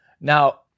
Now